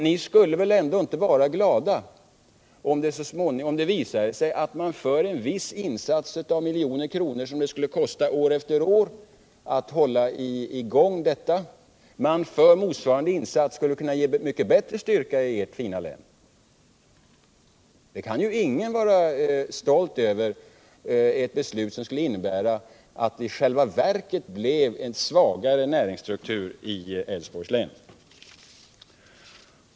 Ni skulle väl ändå inte vara glada, om det visade sig att man för en insats av ett visst antal miljoner, som skulle gå åt för att år efter år hålla verksamheten i gång, skulle kunna åstadkomma en mycket bättre styrka i ert fina län. Ingen kan vara stolt över ett beslut som innebär att det i själva verket skulle bli en svagare näringsstruktur i Älvsborgs län.